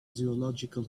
zoological